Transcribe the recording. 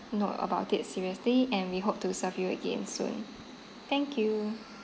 note about it seriously and we hope to serve you again soon thank you